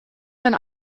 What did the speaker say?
sein